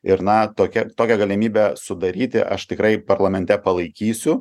ir na tokia tokią galimybę sudaryti aš tikrai parlamente palaikysiu